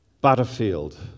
Butterfield